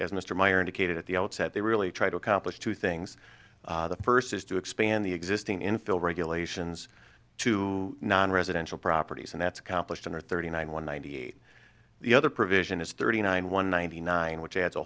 as mr meyer indicated at the outset they really try to accomplish two things the first is to expand the existing infill regulations to nonresidential properties and that's accomplished under thirty nine one ninety eight the other provision is thirty nine one ninety nine which adds a